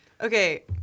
Okay